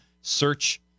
Search